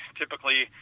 typically